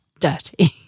dirty